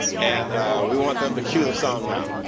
and we want them to queue the song now,